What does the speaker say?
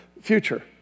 future